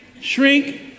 shrink